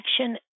action